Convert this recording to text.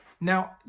Now